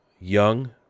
young